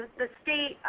the state,